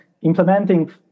implementing